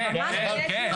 כן, כן, כן.